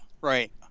right